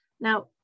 now